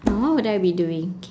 uh what would I be doing K